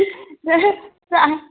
दे जा